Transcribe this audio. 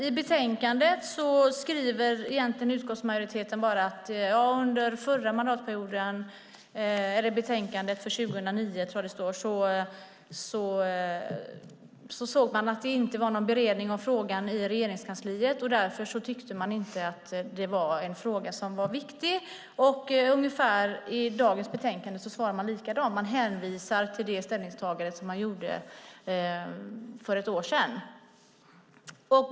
I betänkandet från 2009 skrev utskottsmajoriteten att det inte var någon beredning av frågan i Regeringskansliet, och därför tyckte man inte att det var en fråga som var viktig. I dagens betänkande svarar man ungefär likadant. Man hänvisar till det ställningstagande som man gjorde för ett år sedan.